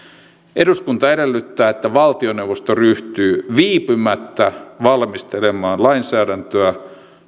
eduskunta edellyttää että valtioneuvosto ryhtyy viipymättä valmistelemaan lainsäädäntöä